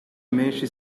menshi